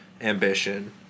ambition